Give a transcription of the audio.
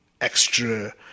Extra